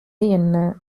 என்ன